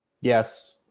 Yes